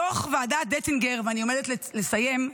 דוח ועדת דנציגר, ואני עומדת לסיים,